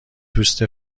دوست